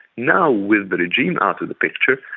now with the regime out of the picture,